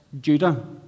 Judah